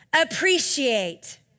appreciate